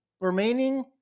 remaining